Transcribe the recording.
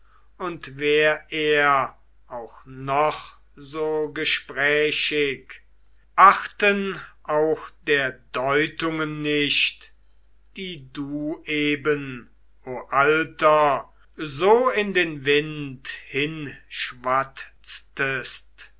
und wär er auch noch so gesprächig achten auch der deutungen nicht die du eben o alter so in den wind hinschwatztest